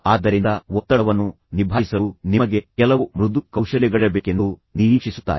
ಆದ್ದರಿಂದ ಒತ್ತಡವನ್ನು ನಿಭಾಯಿಸಲು ನಿಮಗೆ ಕೆಲವು ಮೃದು ಕೌಶಲ್ಯಗಳಿರಬೇಕೆಂದು ಎಂದು ಅವರು ನಿರೀಕ್ಷಿಸುತ್ತಾರೆ